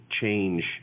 change